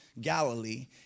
Galilee